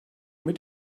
mit